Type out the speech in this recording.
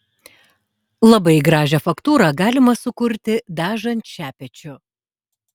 labai gražią faktūrą galima sukurti dažant šepečiu